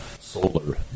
solar